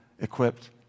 equipped